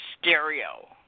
stereo